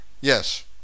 Yes